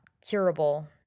curable